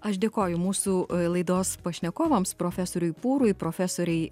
aš dėkoju mūsų laidos pašnekovams profesoriui pūrui profesorei